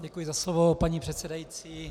Děkuji za slovo, paní předsedající.